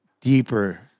deeper